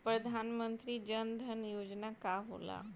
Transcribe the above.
प्रधानमंत्री जन धन योजना का होला?